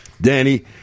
Danny